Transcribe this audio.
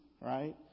right